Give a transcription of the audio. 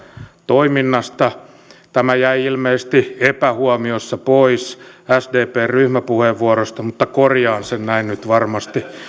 toiminnasta tämä jäi ilmeisesti epähuomiossa pois sdpn ryhmäpuheenvuorosta mutta korjaan sen näin nyt varmasti